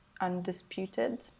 undisputed